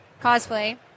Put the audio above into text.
cosplay